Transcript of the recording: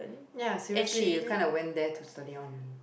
ya seriously you kinda went there to study on